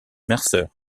mercer